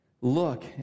Look